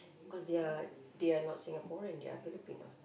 because they are they are not Singaporean they are Filipino